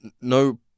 no